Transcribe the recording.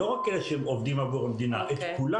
לא רק את אלה שעובדים עבור המדינה, את כולם